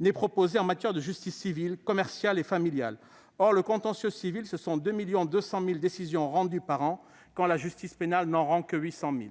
n'est proposé en matière de justice civile, commerciale et familiale ; or le contentieux civil totalise 2,2 millions de décisions rendues par an, quand la justice pénale n'en rend que 800 000.